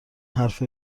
حرف